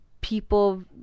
people